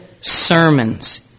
sermons